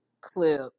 clip